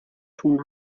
tun